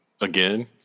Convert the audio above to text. again